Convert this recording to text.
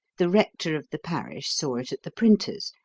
the rector of the parish saw it at the printer's,